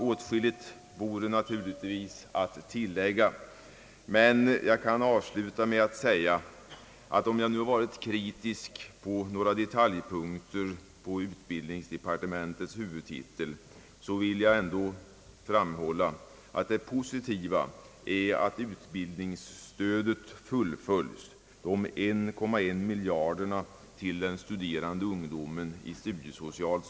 Åtskilligt vore naturligtvis att tillägga, men jag vill sluta med att säga att om jag nu varit kritisk när det gäller några detaljpunkter på utbildningsdepartementets huvudtitel så vill jag ändå framhålla att det positiva är att utbildningsstödet fullföljes. Den 1,1 miljarden i studiesocialt stöd till den studerande ungdomen under nästa budgetår ger besked om detta.